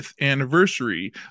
anniversary